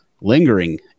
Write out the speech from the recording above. lingering